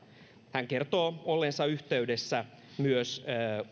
hän kertoo olleensa yhteydessä myös